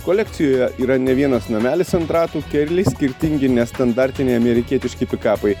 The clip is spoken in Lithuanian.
kolekcijoje yra ne vienas namelis ant ratų keli skirtingi nestandartiniai amerikietiški pikapai